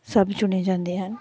ਸਭ ਚੁਣੇ ਜਾਂਦੇ ਹਨ